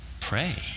pray